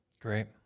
Great